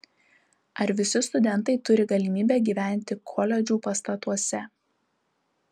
ar visi studentai turi galimybę gyventi koledžų pastatuose